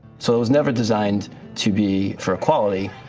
so it was never designed to be for equality,